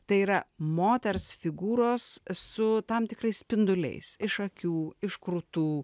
tai yra moters figūros su tam tikrais spinduliais iš akių iš krūtų